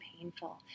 painful